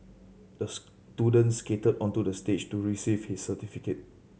the student skated onto the stage to receive his certificate